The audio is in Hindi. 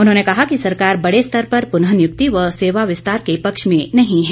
उन्होंने कहा कि सरकार बड़े स्तर पर प्रनःनियुक्ति व सेवाविस्तार के पक्ष में नहीं है